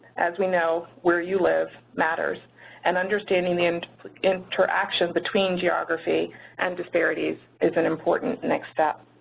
as we know, where you live matters and understanding the and interaction between geography and disparities is an important next step.